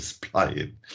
playing